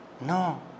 No